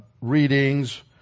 readings